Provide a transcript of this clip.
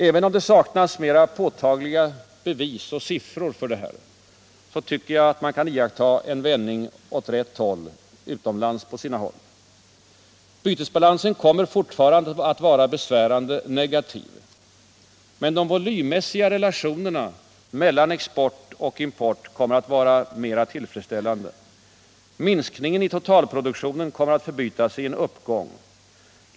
Även om mer påtagliga bevis och siffror saknas, tycker jag mig kunna iaktta en vändning åt rätt håll utomlands. Bytesbalansen kommer fortfarande att vara besvärande negativ. Men de volymmässiga relationerna mellan export och import kommer att vara mera tillfredsställande. Minskningen i totalproduktionen torde förbytas i en uppgång.